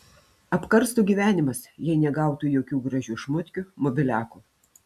apkarstų gyvenimas jei negautų jokių gražių šmutkių mobiliakų